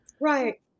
Right